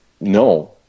No